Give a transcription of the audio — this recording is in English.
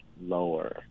lower